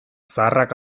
zaharrak